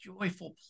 joyful